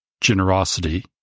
generosity